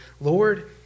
Lord